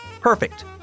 Perfect